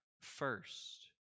first